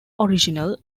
original